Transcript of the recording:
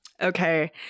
Okay